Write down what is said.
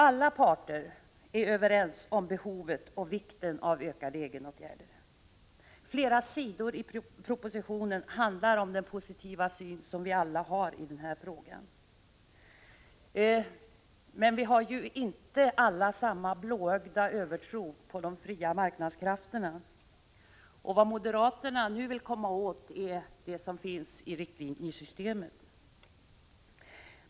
Alla parter är överens om behovet och vikten av ökade egenåtgärder. Flera sidor i propositionen handlar om den positiva syn som vi alla har i denna fråga. Men vi har inte alla samma blåögda övertro på de fria marknadskrafterna som moderaterna. Vad moderaterna nu vill komma åt är riktlinjesystemet.